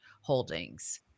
holdings